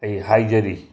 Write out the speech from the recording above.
ꯑꯩ ꯍꯥꯏꯖꯔꯤ